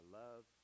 love